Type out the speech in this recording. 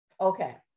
Okay